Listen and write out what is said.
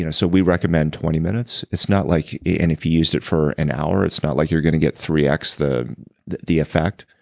you know so we recommend twenty minutes. it's not like. and if you used it for an hour, it's not like you're gonna get three x the the effect.